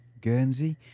Guernsey